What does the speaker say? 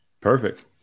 Perfect